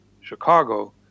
Chicago